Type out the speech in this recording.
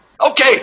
Okay